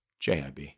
Jib